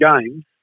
games